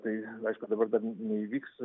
tai aišku dabar dar neįvyks